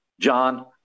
John